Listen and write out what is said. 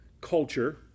culture